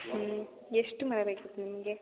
ಹ್ಞೂ ಎಷ್ಟು ಮರ ಬೇಕಿತ್ತು ನಿಮಗೆ